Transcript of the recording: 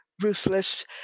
ruthless